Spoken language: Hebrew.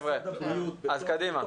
אז קדימה.